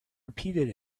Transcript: repeated